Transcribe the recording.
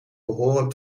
behoren